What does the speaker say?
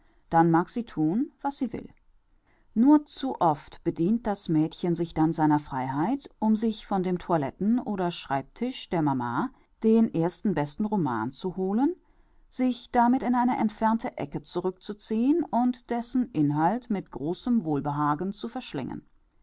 dann mag sie thun was sie will nur zu oft bedient das mädchen sich dann seiner freiheit um sich von dem toiletten oder schreibtisch der mama den ersten besten roman zu holen sich damit in eine entfernte ecke zurückzuziehen und dessen inhalt mit großem wohlbehagen zu verschlingen